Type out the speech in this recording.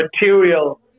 material